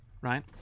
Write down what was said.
right